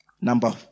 Number